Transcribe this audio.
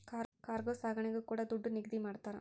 cargo ಸಾಗಣೆಗೂ ಕೂಡ ದುಡ್ಡು ನಿಗದಿ ಮಾಡ್ತರ